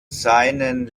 seinen